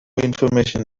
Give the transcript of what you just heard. information